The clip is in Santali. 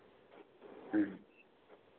ᱦᱮᱸ